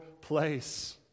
place